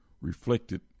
reflected